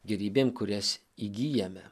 gėrybėm kurias įgyjame